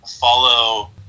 follow